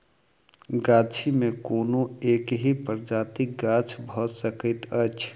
गाछी मे कोनो एकहि प्रजातिक गाछ भ सकैत अछि